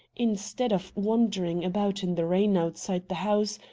instead of wandering about in the rain outside the house,